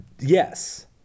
Yes